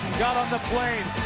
got on the plane,